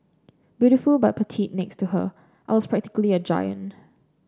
beautiful but petite next to her I was practically a giant